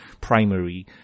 primary